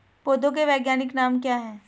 पौधों के वैज्ञानिक नाम क्या हैं?